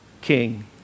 king